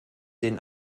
den